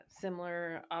similar